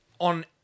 on